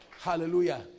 Hallelujah